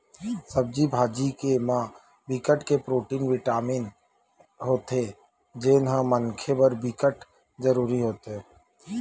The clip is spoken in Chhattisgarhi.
सब्जी भाजी के म बिकट के प्रोटीन, बिटामिन होथे जेन ह मनखे बर बिकट जरूरी होथे